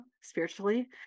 spiritually